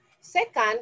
second